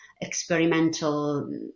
experimental